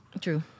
True